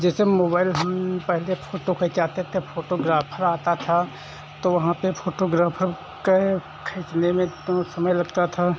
जैसे मोबाइल हम पहले फ़ोटो खिंचाते थे फ़ोटोग्राफर आता था तो वहाँ पर फ़ोटोग्राफर को खींचने में तो समय लगता था